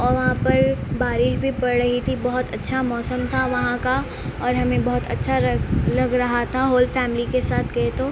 اور وہاں پر بارش بھی پڑ رہی تھی بہت اچھا موسم تھا وہاں کا اور ہمیں بہت اچھا لگ رہا تھا ہول فیملی کے ساتھے گئے تو